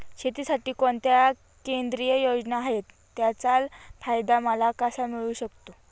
शेतीसाठी कोणत्या केंद्रिय योजना आहेत, त्याचा फायदा मला कसा मिळू शकतो?